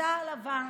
אותה העלבה,